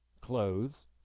clothes